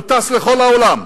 הוא טס לכל העולם,